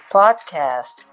podcast